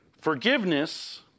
Forgiveness